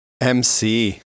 MC